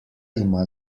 ima